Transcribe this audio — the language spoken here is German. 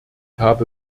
habe